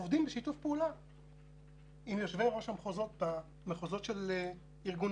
לראש אגף השיקום הקודם,